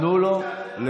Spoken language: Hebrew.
תנו לו לדבר.